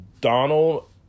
Donald